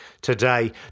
today